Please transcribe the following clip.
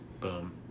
boom